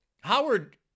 Howard